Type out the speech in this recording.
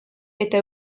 eta